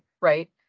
right